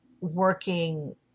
working